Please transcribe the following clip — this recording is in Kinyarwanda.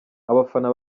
abafana